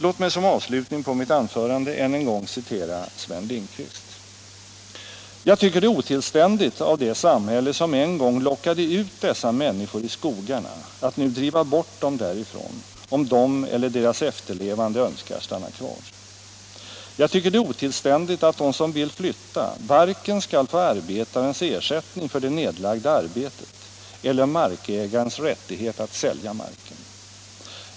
Låt mig som avslutning på mitt anförande än en gång få citera Sven Lindqvist: ”Jag tycker det är otillständigt av det samhälle som en gång lockade ut dessa människor i skogarna att nu driva bort dem därifrån, om de eller deras efterlevande önskar stanna kvar. Jag tycker det är otillständigt att de som vill flytta varken skall få arbetarens ersättning för det nedlagda arbetet eller markägarens rättighet att sälja marken.